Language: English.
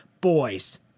boys